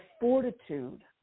fortitude